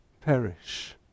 perish